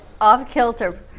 off-kilter